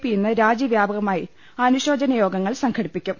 P ഇന്ന് രാജ്യവ്യാപകമായി അനുശോചനയോഗങ്ങൾ സംഘടി പ്പിക്കും